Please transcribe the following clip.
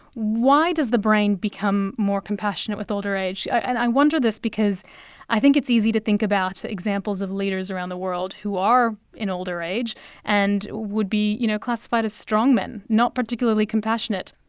why does the brain become more compassionate with older age? and i wonder this because i think it's easy to think about examples of leaders around the world who are in older age and would be you know classified as strongmen, not particularly compassionate.